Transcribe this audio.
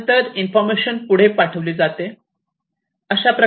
त्यानंतर इन्फॉर्मेशन पुढे पाठविली जाते